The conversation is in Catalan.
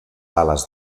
ales